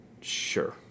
sure